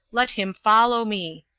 let him follow me.